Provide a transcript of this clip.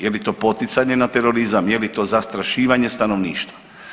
Je li to poticanje na terorizam, je li to zastrašivanje stanovništva?